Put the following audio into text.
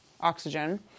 oxygen